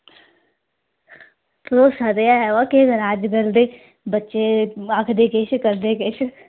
भरोसा ते ऐ पर केह् करां अज्जकल दे बच्चे आखदे किश करदे किश